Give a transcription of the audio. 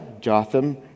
Jotham